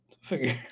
figure